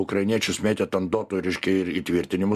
ukrainiečius mėtyt ant dotų reiškia ir įtvirtinimų